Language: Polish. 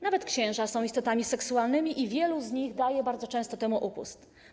Nawet księża są istotami seksualnymi i wielu z nich daje bardzo często temu upust.